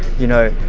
you know,